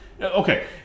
okay